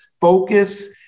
focus